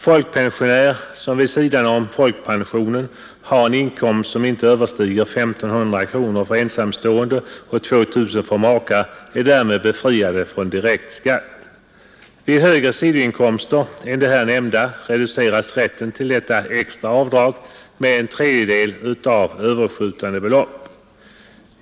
Folkpensionär som vid sidan om folkpensionen har en inkomst som inte överstiger I 500 kronor för ensamstående och 2 000 kronor för makar är därmed befriad från direkt skatt. Vid högre sidoinkomster än de här nämnda reduceras detta extra avdrag med en tredjedel av överskjutande belopp.